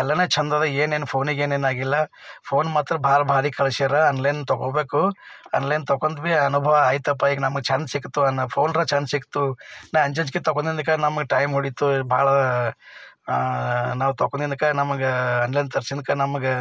ಎಲ್ಲನೇ ಚೆಂದ ಅದ ಏನೇನು ಫೋನ್ಗೆ ಏನೇನು ಆಗಿಲ್ಲ ಫೋನ್ ಮಾತ್ರ ಭಾಳ ಭಾರೀ ಕಳಿಸ್ಯಾರ ಆನ್ಲೈನ್ ತಗೊಳ್ಬೇಕು ಆನ್ಲೈನ್ ತಗೊಂಡು ಭೀ ಅನುಭವ ಆಯ್ತಪ್ಪ ಈಗ ನಮ್ಮ ಚಾನ್ಸ್ ಸಿಕ್ಕಿತು ಅನ್ನೋ ಫೋನ್ರಾ ಚಾನ್ಸ್ ಸಿಕ್ತು ನಾ ಅಂಜಿ ಅಂಜಿಕೆ ತಗೊಂಡಿದ್ದಕ್ಕಾ ನಮ್ಗೆ ಟೈಮ್ ಉಳೀತು ಭಾಳ ನಾವು ತಗೊಂಡಿದ್ದಕ್ಕಾ ನಮಗೆ ಆನ್ಲೈನ್ ತರ್ಸಿದ್ಕೆ ನಮಗೆ